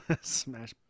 Smash